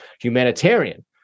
humanitarian